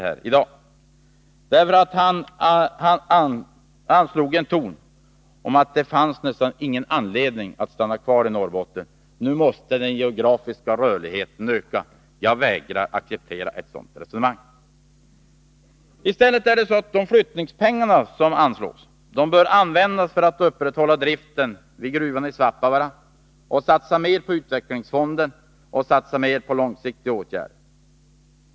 Han menade att det nästan inte finns någon anledning att stanna kvar i Norrbotten. Nu måste den geografiska rörligheten öka, sade han. Jag vägrar att acceptera ett sådant resonemang. Istället bör de ”flyttningspengar” som anslås användas för att upprätthålla driften vid gruvan i Svappavaara och för att satsa mer på utvecklingsfonden och långsiktiga åtgärder.